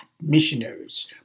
missionaries